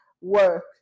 work